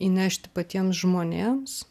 įnešti patiems žmonėms